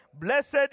Blessed